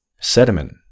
sediment